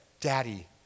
Daddy